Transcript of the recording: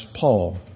Paul